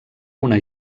una